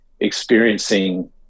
experiencing